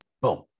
Boom